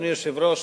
אדוני היושב-ראש,